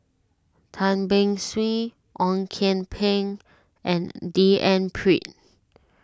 Tan Beng Swee Ong Kian Peng and D N Pritt